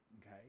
Okay